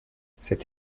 cette